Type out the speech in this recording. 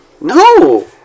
No